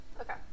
Okay